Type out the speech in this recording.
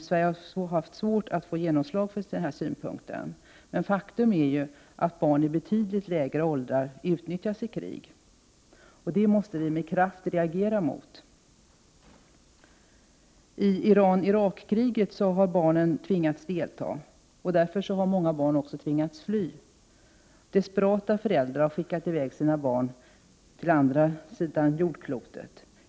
Sverige har haft svårt att få genomslag för den synpunkten. Faktum är att barn i betydligt lägre åldrar utnyttjas i krig. Det måste vi med kraft reagera mot. I Iran-Irak-kriget har barn tvingats delta. Därför har många barn också tvingats fly. Desperata föräldrar har skickat iväg sina barn till ftämmande länder på andra sidan jordklotet.